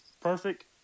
perfect